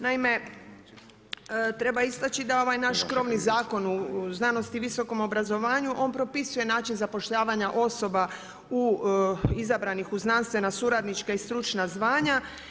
Naime, treba istaći da ovaj naš krovni Zakon o znanosti i visokom obrazovanju, on propisuje način zapošljavanja osoba izabranih u znanstvena suradnička i stručna zvanja.